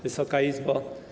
Wysoka Izbo!